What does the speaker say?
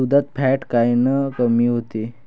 दुधाचं फॅट कायनं कमी होते?